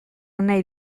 nahi